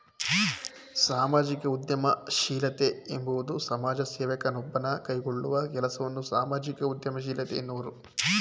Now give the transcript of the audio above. ಸಾಮಾಜಿಕ ಉದ್ಯಮಶೀಲತೆ ಎಂಬುವುದು ಸಮಾಜ ಸೇವಕ ನೊಬ್ಬನು ಕೈಗೊಳ್ಳುವ ಕೆಲಸವನ್ನ ಸಾಮಾಜಿಕ ಉದ್ಯಮಶೀಲತೆ ಎನ್ನುವರು